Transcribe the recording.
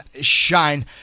Shine